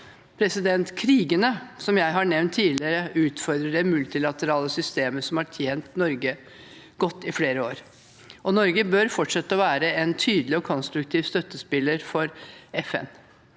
1707 Krigene jeg har nevnt tidligere, utfordrer det multilaterale systemet som har tjent Norge godt i flere år. Norge bør fortsette å være en tydelig og konstruktiv støttespiller for FN.